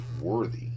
worthy